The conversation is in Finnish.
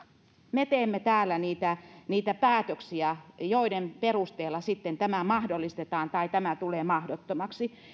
me teemme täällä niitä niitä päätöksiä joiden perusteella sitten tämä mahdollistetaan tai tämä tulee mahdottomaksi